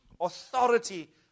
authority